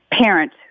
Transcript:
parent